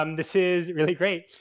um this is really great.